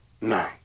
No